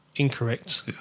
incorrect